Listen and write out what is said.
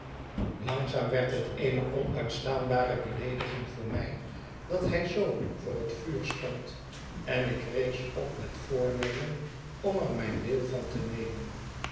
langzamerhand werd het eene onuitstaanbare beleediging voor mij dat hy zoo voor het vuur stond en ik rees op met voornemen om er mijn deel van te nemen